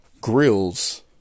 grills